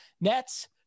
nets